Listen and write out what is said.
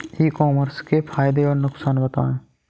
ई commerce के फायदे और नुकसान बताएँ?